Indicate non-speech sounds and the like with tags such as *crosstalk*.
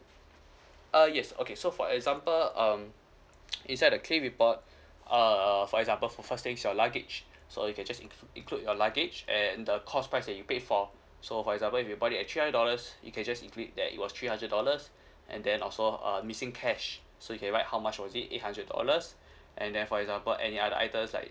uh yes okay so for example um inside the claim report *breath* err for example for first thing your luggage so you can just inc~ include your luggage and the cost price that you paid for so for example if you bought it at three hundred dollars you can just include that it was three hundred dollars and then also uh missing cash so you can write how much was it eight hundred dollars *breath* and then for example any other items like